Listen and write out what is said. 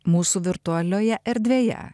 mūsų virtualioje erdvėje